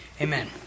amen